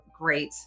great